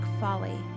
folly